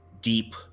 deep